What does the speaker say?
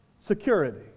security